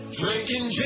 drinking